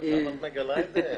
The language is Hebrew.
עכשיו את מגלה את זה?